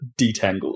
detangle